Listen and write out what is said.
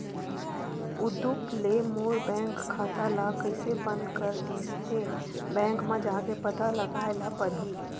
उदुप ले मोर बैंक खाता ल कइसे बंद कर दिस ते, बैंक म जाके पता लगाए ल परही